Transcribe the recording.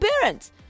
parents